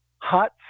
hot